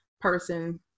person